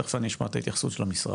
ותכף אני אשמע את ההתייחסות של המשרד,